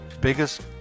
biggest